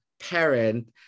parent